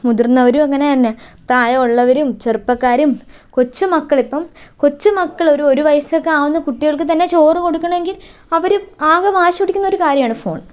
മുതിർന്നവരും അങ്ങനെ തന്നെ പ്രായമുള്ളവരും ചെറുപ്പക്കാരും കൊച്ചുമക്കള് ഇപ്പം കൊച്ചുമക്കള് ഒരു ഒരു വയസൊക്കെ ആവുന്ന കുട്ടികൾക്ക് തന്നെ ചോറു കൊടുക്കണമെങ്കിൽ അവര് ആകെ വാശിപിടിക്കുന്ന ഒരു കാര്യമാണ് ഫോൺ